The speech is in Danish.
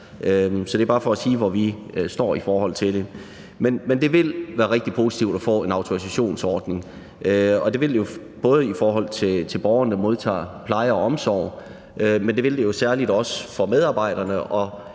Det er bare for at sige, hvor vi står i forhold til det. Men det vil være rigtig positivt at få en autorisationsordning, og det vil det jo være både i forhold til borgeren, der modtager pleje og omsorg, men det vil det jo særlig også være for medarbejderne og